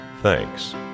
Thanks